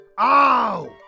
Ow